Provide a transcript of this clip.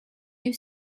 you